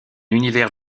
univers